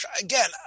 again